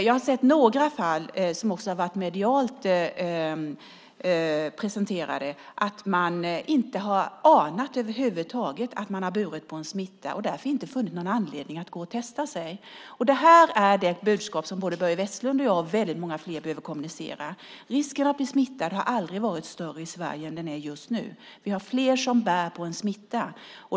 Jag har sett några fall som har varit medialt presenterade där man över huvud taget inte har anat att man har burit på smitta och därför inte funnit någon anledning att gå och testa sig. Detta är det budskap som både Börje Vestlund och jag och väldigt många fler behöver kommunicera. Risken att bli smittad i Sverige har aldrig varit större än vad den är just nu. Vi har fler som bär på en smitta.